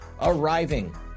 Arriving